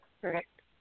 Correct